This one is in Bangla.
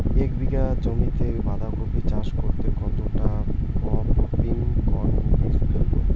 এক বিঘা জমিতে বাধাকপি চাষ করতে কতটা পপ্রীমকন বীজ ফেলবো?